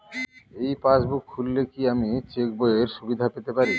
এই পাসবুক খুললে কি আমি চেকবইয়ের সুবিধা পেতে পারি?